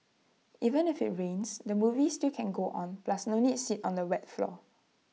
even if IT rains the movie still can go on plus no need sit on the wet floor